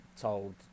told